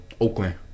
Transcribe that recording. Oakland